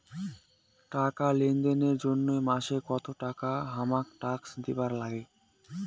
টাকা লেনদেন এর জইন্যে মাসে কত টাকা হামাক ট্যাক্স দিবার নাগে?